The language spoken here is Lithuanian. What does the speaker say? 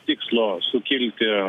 tikslo sukilti